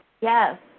yes